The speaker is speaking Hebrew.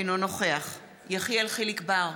אינו נוכח יחיאל חיליק בר,